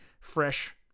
fresh